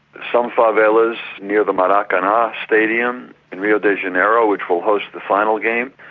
some favelas near the maracana stadium in rio de janeiro which will host the final game,